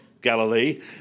Galilee